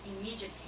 immediately